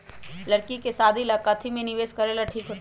लड़की के शादी ला काथी में निवेस करेला ठीक होतई?